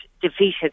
defeated